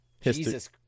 Jesus